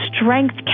strength